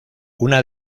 una